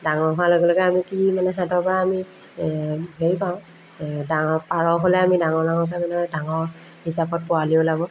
ডাঙৰ হোৱাৰ লগে লগে আমি কি মানে সিহঁতৰ পৰা আমি হেৰি পাওঁ ডাঙৰ পাৰ হ'লে আমি ডাঙৰ ডাঙৰ হোৱা মানে ডাঙৰ হিচাপত পোৱালি ওলাব